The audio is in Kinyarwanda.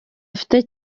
afite